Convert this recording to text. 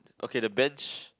okay the bench